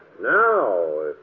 Now